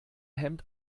hemd